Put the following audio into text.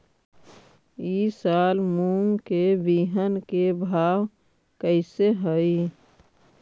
ई साल मूंग के बिहन के भाव कैसे हई?